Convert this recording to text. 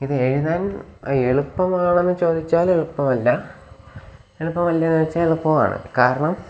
ഇത് എഴുതാൻ എളുപ്പമാണെന്ന് ചോദിച്ചാൽ എളുപ്പമല്ല എളുപ്പമല്ലേന്ന് ചോദിച്ചാൽ എളുപ്പവുമാണ്